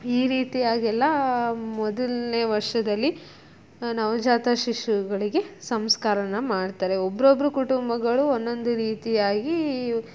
ಈ ರೀತಿಯಾಗೆಲ್ಲ ಮೊದಲ್ನೇ ವರ್ಷದಲ್ಲಿ ನವಜಾತ ಶಿಶುಗಳಿಗೆ ಸಂಸ್ಕಾರ ಮಾಡ್ತಾರೆ ಒಬ್ಬೊಬ್ರು ಕುಟುಂಬಗಳು ಒಂದೊಂದು ರೀತಿಯಾಗಿ